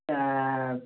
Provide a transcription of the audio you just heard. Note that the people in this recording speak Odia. ଟା